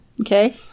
okay